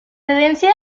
herencia